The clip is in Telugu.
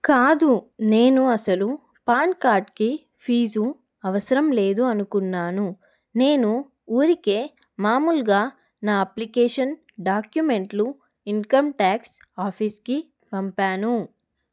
కాదు నేను అసలు పాన్ కార్డ్కి ఫీజు అవసరం లేదు అనుకున్నాను నేను ఊరికే మామూలుగా నా అప్లికేషన్ డాక్యుమెంట్లను ఇన్కమ్ ట్యాక్స్ ఆఫీస్కి పంపాను